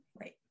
Right